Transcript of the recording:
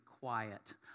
quiet